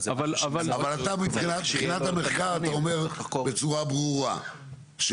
אבל אתה מבחינת המחקר אתה אומר בצורה ברורה,